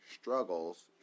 struggles